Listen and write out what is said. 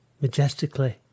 majestically